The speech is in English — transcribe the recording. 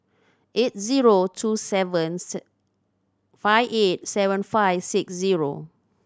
eight zero two seven five eight seven five six zero